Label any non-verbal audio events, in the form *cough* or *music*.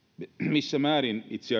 missä määrin itse *unintelligible*